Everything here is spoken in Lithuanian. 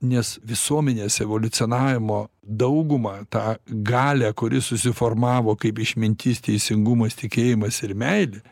nes visuomenės evoliucionavimo daugumą tą galią kuri susiformavo kaip išmintis teisingumas tikėjimas ir meilė